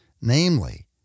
namely